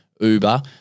Uber